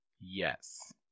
Yes